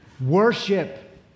Worship